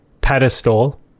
pedestal